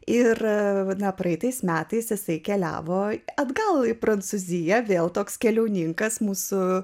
ir praeitais metais jisai keliavo atgal į prancūziją vėl toks keliauninkas mūsų